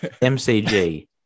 MCG